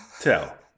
tell